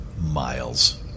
Miles